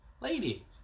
Lady